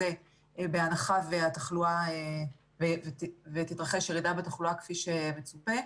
שזה בהנחה שתתרחש ירידה בתחלואה כפי שמצופה.